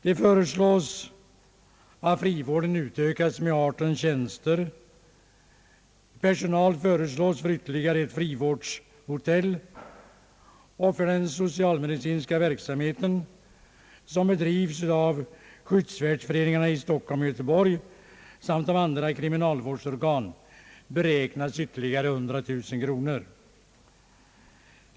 Det föreslås att frivården utökas med 18 tjänster. Personal föreslås för ytterligare ett frivårdshotell och för den socialmedicinska verksamheten, som bedrivs av skyddsvårdsföreningarna i Stockholm och Göteborg samt av andra kriminalvårdsorgan, beräknas ytterligare 100 000 kronor.